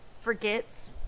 forgets